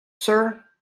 sir